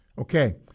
Okay